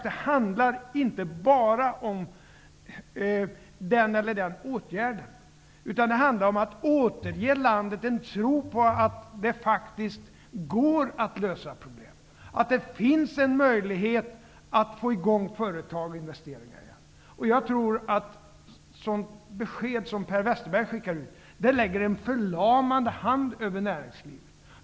Det handlar inte bara om den eller den åtgärden, utan det handlar om att återge landet en tro på att det faktiskt går att lösa problemen, att det finns en möjlighet att få i gång företag och investeringar igen. Ett sådant besked som Per Westerberg gav lägger en förlamande hand över näringslivet.